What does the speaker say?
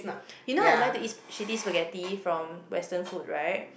you know I like to eat shitty spaghetti from western food right